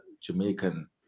Jamaican